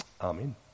Amen